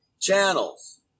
channels